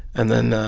and then,